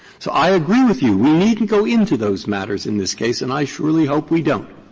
so i agree with you. we needn't go into those matters in this case and i surely hope we don't.